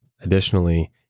additionally